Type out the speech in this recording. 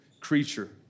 creature